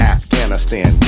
Afghanistan